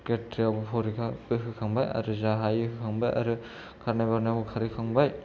grade ट्रि आवबो परिखा होखांबाय आरो जा हायो होखांबाय आरो खारनाय बारनायावबो खारहोखांबाय